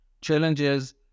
challenges